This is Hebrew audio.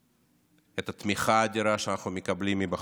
את התמיכה האדירה שאנחנו מקבלים מבחוץ.